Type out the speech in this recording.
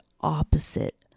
opposite